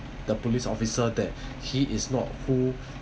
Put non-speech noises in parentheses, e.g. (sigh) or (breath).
the police officer that (breath) he is not who